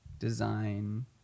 Design